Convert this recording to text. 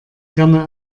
gerne